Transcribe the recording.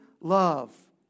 love